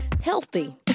healthy